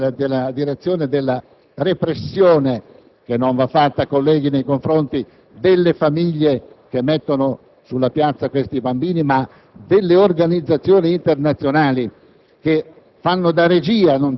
La terza misura va nella direzione della repressione, che non va fatta, colleghi, nei confronti delle famiglie che mettono sulla strada questi bambini, ma delle organizzazioni internazionali